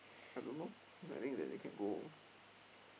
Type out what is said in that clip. I don't know I think they can go